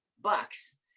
bucks